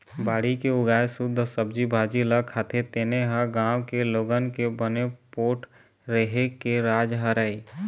बाड़ी के उगाए सुद्ध सब्जी भाजी ल खाथे तेने ह गाँव के लोगन के बने पोठ रेहे के राज हरय